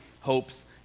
hopes